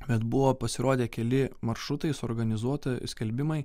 bet buvo pasirodę keli maršrutai suorganizuota skelbimai